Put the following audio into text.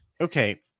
Okay